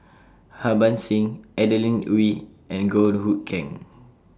Harbans Singh Adeline Ooi and Goh Hood Keng